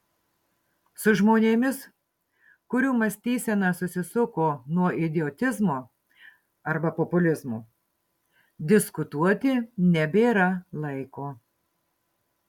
su žmonėmis kurių mąstysena susisuko nuo idiotizmo arba populizmo diskutuoti nebėra laiko